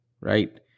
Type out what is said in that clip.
right